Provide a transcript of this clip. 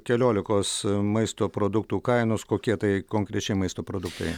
keliolikos maisto produktų kainos kokie tai konkrečiai maisto produktai